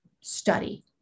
study